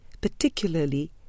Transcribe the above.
particularly